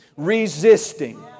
resisting